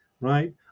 right